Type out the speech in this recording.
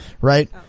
Right